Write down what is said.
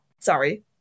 Sorry